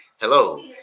hello